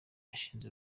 ashinze